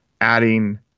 adding